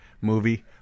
movie